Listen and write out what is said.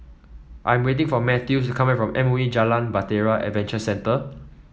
I am waiting for Mathews to come back from M O E Jalan Bahtera Adventure Centre